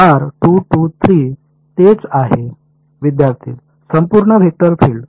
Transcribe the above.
विद्यार्थीः संपूर्ण vector field